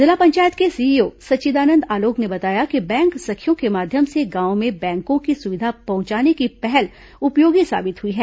जिला पंचायत के सीईओ सच्चिदानंद आलोक ने बताया कि बैंक सखियों के माध्यम से गांवों में बैंको की सुविधा पहुंचाने की पहल उपयोगी साबित हुई है